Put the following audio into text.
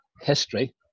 history